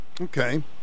Okay